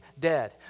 dead